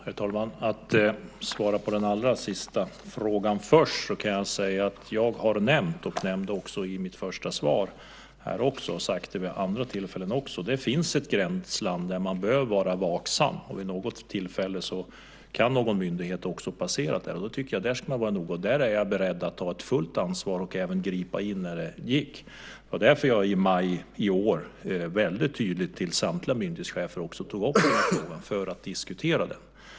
Herr talman! För att svara på den allra sista frågan först kan jag säga att jag har nämnt - det gjorde jag också i mitt första svar här, och jag har sagt det även vid andra tillfällen - att det finns ett gränsland där man behöver vara vaksam. Vid något tillfälle kan någon myndighet passera det. Där tycker jag att man ska vara noga, och där är jag beredd att ta fullt ansvar och även gripa in när det går. Därför tog jag i maj i år väldigt tydligt upp frågan med samtliga myndighetschefer för att diskutera den.